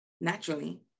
naturally